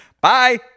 Bye